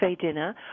dinner